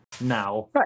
now